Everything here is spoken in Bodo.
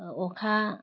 अखा